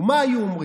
ומה היו אומרים?